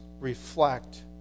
reflect